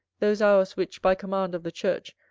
those hours which, by command of the church,